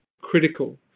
critical